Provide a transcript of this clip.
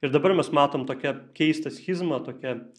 ir dabar mes matom tokią keistą schizmą tokią